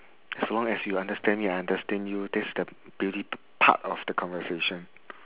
so long as you understand me I understand you that's the beauty p~ part of the conversation